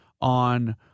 on